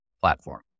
platform